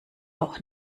auch